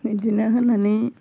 इदिनो होनानै